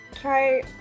try